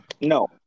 No